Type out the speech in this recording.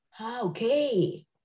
okay